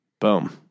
Boom